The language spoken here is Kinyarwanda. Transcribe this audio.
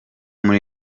muri